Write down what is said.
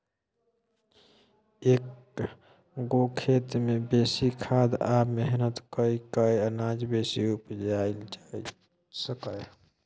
एक्क गो खेत मे बेसी खाद आ मेहनत कए कय अनाज बेसी उपजाएल जा सकैए